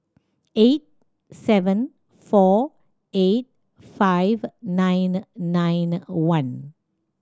eight seven four eight five nine nine one